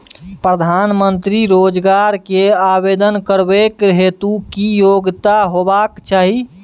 प्रधानमंत्री रोजगार के आवेदन करबैक हेतु की योग्यता होबाक चाही?